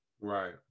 right